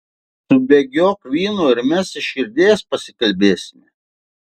subėgiok vyno ir mes iš širdies pasikalbėsime